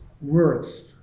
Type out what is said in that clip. words